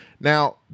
Now